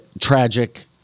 tragic